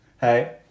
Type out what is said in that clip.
Hey